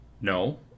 No